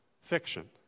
fiction